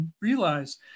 realize